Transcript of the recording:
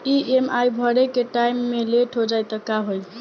EMI भरे के time मे लेट हो जायी त का होई?